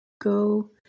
Go